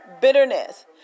bitterness